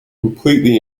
completely